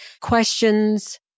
questions